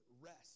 rest